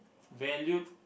valued